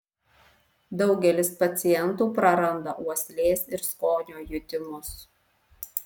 daugelis pacientų prarandą uoslės ir skonio jutimus